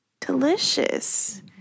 delicious